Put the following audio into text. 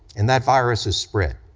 and that virus has spread.